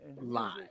live